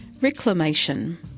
Reclamation